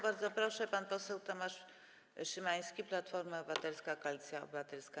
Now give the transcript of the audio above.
Bardzo proszę, pan poseł Tomasz Szymański, Platforma Obywatelska - Koalicja Obywatelska.